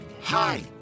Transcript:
Hi